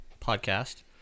podcast